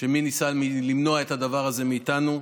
מי ניסה למנוע את הדבר הזה מאיתנו.